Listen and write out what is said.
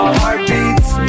heartbeats